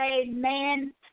amen